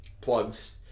plugs